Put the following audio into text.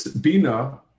Bina